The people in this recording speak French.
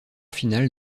final